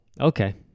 okay